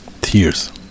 Tears